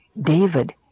David